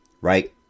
right